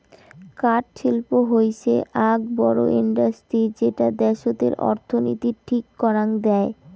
কাঠ শিল্প হৈসে আক বড় ইন্ডাস্ট্রি যেটা দ্যাশতের অর্থনীতির ঠিক করাং দেয়